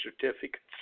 certificates